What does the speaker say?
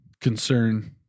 Concern